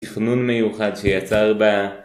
תכנון מיוחד שיצר בה